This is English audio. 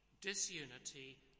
disunity